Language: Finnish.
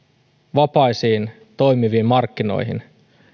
vapaisiin toimiviin markkinoihin